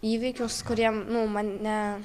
įvykius kurie nu mane